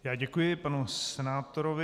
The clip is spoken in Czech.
Já děkuji panu senátorovi.